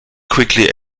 quickly